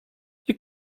you